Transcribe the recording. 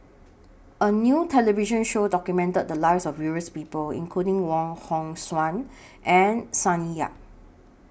A New television Show documented The Lives of various People including Wong Hong Suen and Sonny Yap